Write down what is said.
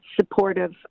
supportive